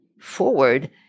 forward